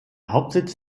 hauptsitz